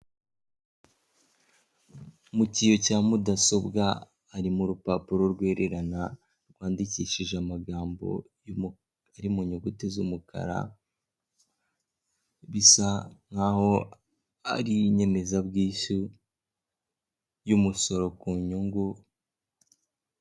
Mu kiyo cya mudasobwa ari mu rupapuro rwererana rwandikishije amagambo ari mu nyuguti z'umukara, bisa nkaho ari inyemezabwishyu y'umusoro ku nyungu.